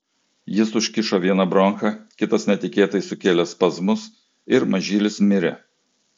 jis užkišo vieną bronchą kitas netikėtai sukėlė spazmus ir mažylis mirė